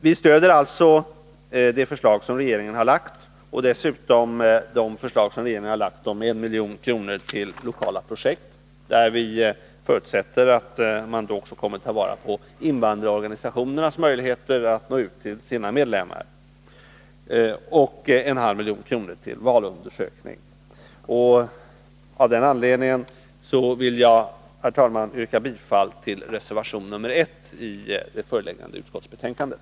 Vi stöder alltså de förslag som regeringen lagt fram om medel till politiska partier med 5 milj.kr., medel till lokala informationsprojekt med 1 milj.kr. — där vi förutsätter att man också kommer att ta vara på invandrarorganisationernas möjligheter att nå ut till sina medlemmar — och 0,5 milj.kr. till valundersökning. Av den anledningen vill jag, herr talman, yrka bifall till reservation 1 i det föreliggande utskottsbetänkandet.